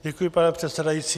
Děkuji, pane předsedající.